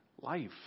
life